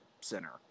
center